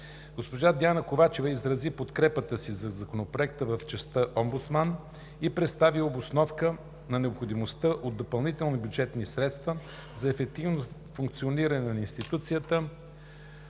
Госпожа Диана Ковачева изрази подкрепата си за Законопроекта в частта „Омбудсман“ и представи обосновка на необходимостта от допълнителни бюджетни средства за ефективното функциониране на институцията.